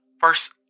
first